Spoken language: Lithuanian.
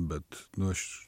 bet nu aš